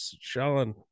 Sean